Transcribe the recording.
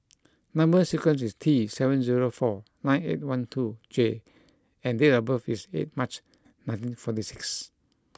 number sequence is T seven zero four nine eight one two J and date of birth is eighth March nineteen forty six